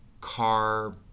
car